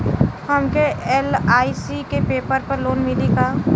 हमके एल.आई.सी के पेपर पर लोन मिली का?